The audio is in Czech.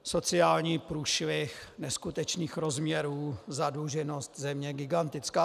Sociální průšvih neskutečných rozměrů, zadluženost země gigantická.